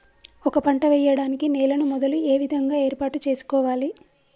ఒక పంట వెయ్యడానికి నేలను మొదలు ఏ విధంగా ఏర్పాటు చేసుకోవాలి?